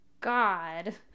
god